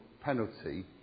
penalty